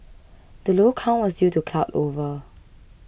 the low count was due to cloud over